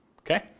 Okay